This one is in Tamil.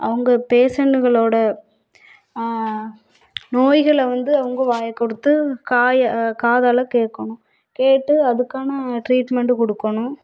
அவங்க பேஷன்ட்டுகளோட நோய்களை வந்து அவங்க வாயை கொடுத்து காய காதால் கேட்கணும் கேட்டு அதுக்கான ட்ரீட்மெண்ட் கொடுக்கணும்